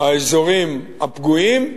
האזורים הפגועים.